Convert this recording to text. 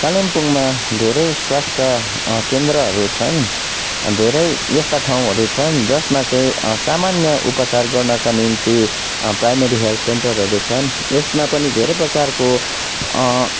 कालिम्पोङमा धेरै स्वास्थ्य केन्द्रहरू छन् धेरै यस्ता ठाउँहरू छन् जसमा चाहिँ सामान्य उपचार गर्नको निम्ति प्राइमेरी हेल्थ सेन्टरहरू छन् यसमा पनि धेरै प्रकारको